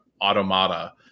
Automata